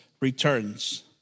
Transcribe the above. returns